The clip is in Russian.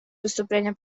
выступление